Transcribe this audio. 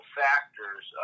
factors